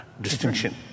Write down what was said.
Distinction